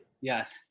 Yes